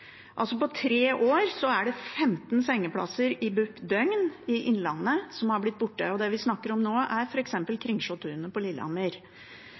På tre år har 15 sengeplasser i BUP døgnavdeling i Innlandet blitt borte. Det vi snakker om da, er f.eks. Kringsjåtunet på Lillehammer.